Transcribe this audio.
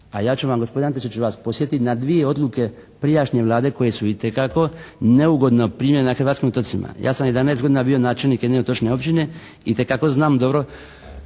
A ja ću vam gospodine Antešić vas podsjetiti na dvije odluke prijašnje Vlade koje su itekako neugodno primljene na hrvatskim otocima. Ja sam 11 godina bio načelnik jedne otočne općine. Itekako znam dobro